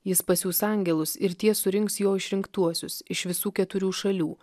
jis pasiųs angelus ir tie surinks jo išrinktuosius iš visų keturių šalių